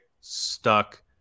stuck